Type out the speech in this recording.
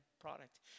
product